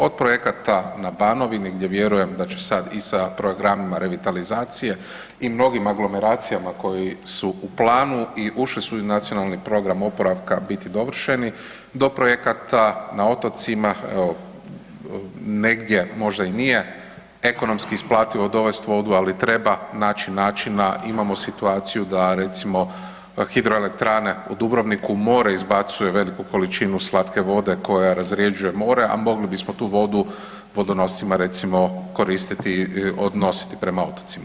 Od projekata na Banovini gdje vjerujem da će i sad sa programima revitalizacije i mnogima aglomeracijama koji su u planu i ušli su i u Nacionalni program oporavka, biti dovršeni, do projekata na otocima, evo negdje možda i nije ekonomski isplativo dovest vodu ali treba naći načina, imamo situaciju da recimo hidroelektrane u Dubrovniku, more izbacuje veliku količinu slatke vode koja razrjeđuje more, a mogli bismo tu vodu vodonoscima recimo koristiti i odnositi prema otocima.